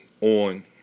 on